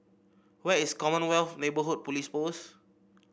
where is Commonwealth Neighbourhood Police Post